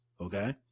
Okay